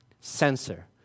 Sensor